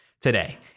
today